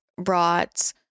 brought